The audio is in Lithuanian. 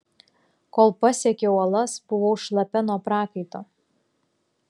kol pasiekiau uolas buvau šlapia nuo prakaito